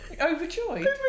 Overjoyed